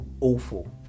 awful